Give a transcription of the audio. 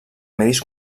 medis